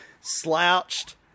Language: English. slouched